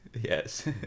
Yes